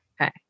Okay